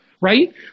right